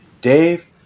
Dave